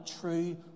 true